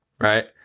right